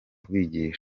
kubigisha